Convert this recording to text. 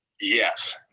yes